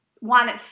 One